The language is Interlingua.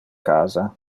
casa